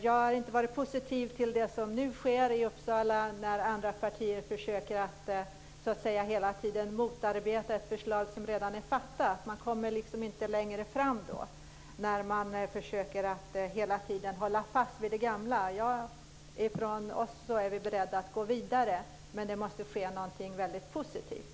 Jag har inte varit positiv till det som nu sker i Uppsala när andra partier försöker att motarbeta ett förslag som redan är fattat. Man kommer ju inte längre då, när man hela tiden försöker hålla fast vid det gamla. Vi är beredda att gå vidare. Men det måste ske något positivt.